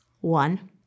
One